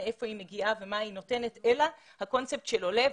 מהיכן היא מגיעה ומה היא נותנת אלא הקונספט של עולה.